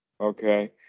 Okay